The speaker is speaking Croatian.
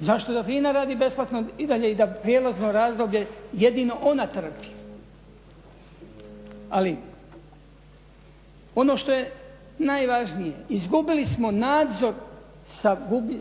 Zašto da FINA radi besplatno i dalje i da prijelazno razdoblje jedino ona trpi? Ali, ono što je najvažnije, izgubili smo nadzor